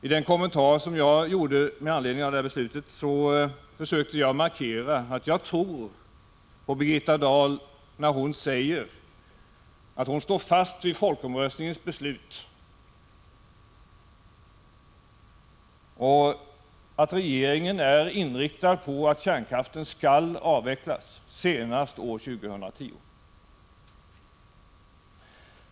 I den kommentar som jag gjorde med anledning av detta beslut försökte jag markera att jag tror på Birgitta Dahl när hon säger att hon står fast vid folkomröstningens beslut och att regeringen är inriktad på att kärnkraften skall avvecklas senast år 2010.